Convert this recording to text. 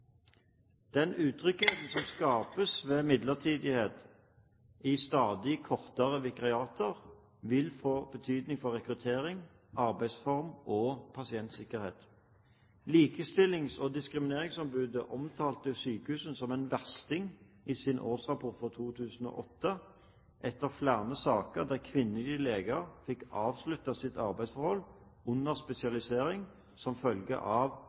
Den utryggheten som skapes ved midlertidighet i stadig kortere vikariater, vil få betydning for rekruttering, arbeidsform og pasientsikkerhet. Likestillings- og diskrimineringsombudet omtalte sykehusene som en versting i sin årsrapport fra 2008, etter flere saker der kvinnelige leger fikk avsluttet sitt arbeidsforhold under spesialiseringen som følge av